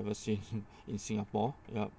ever since in singapore yup